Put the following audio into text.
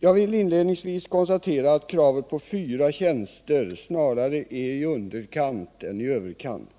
Jag vill inledningsvis konstatera att kravet på fyra tjänster snarare är i underkant än i överkant.